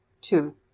two